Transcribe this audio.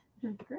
Great